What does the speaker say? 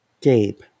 Gabe